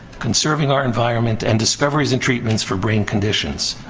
conserving our environment, and discoveries and treatments for brain conditions.